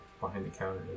behind-the-counter